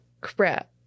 Crap